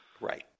Right